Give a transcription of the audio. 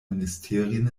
ministerien